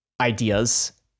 ideas